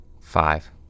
Five